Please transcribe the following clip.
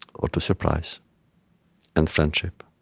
or to surprise and friendship.